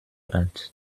alt